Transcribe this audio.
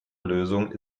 lösung